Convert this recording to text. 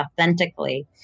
authentically